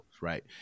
right